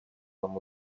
нам